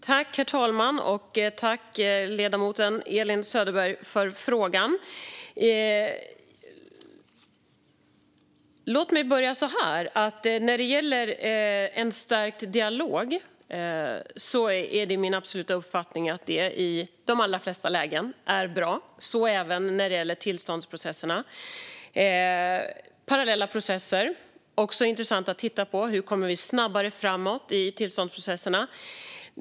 Herr talman! Jag tackar ledamoten Elin Söderberg för frågan. När det gäller en stärkt dialog är det min absoluta uppfattning att det i de allra flesta lägen är bra, så även när det gäller tillståndsprocesserna. Det är också intressant att titta på parallella processer. Hur kommer vi snabbare framåt i tillståndsprocesserna?